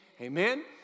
Amen